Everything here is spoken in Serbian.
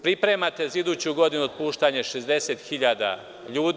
Pripremate za iduću godinu otpuštanje 60.000 ljudi.